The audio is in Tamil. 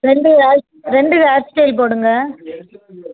ரெண்டு ஹேர் ரெண்டு ஹேர் ஸ்டெயில் போடுங்கள்